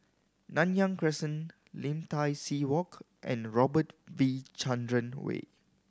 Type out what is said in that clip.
Nanyang Crescent Lim Tai See Walk and Robert V Chandran Way